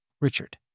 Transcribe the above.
Richard